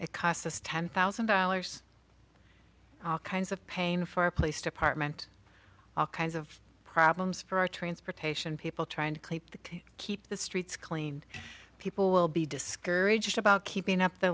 it cost us ten thousand dollars all kinds of pain for our police department all kinds of problems for our transportation people trying to keep the streets clean people will be discouraged about keeping up the